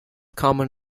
common